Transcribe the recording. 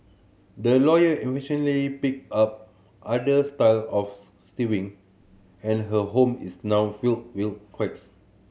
the lawyer eventually picked up other style of sewing and her home is now filled will quilts